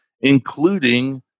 including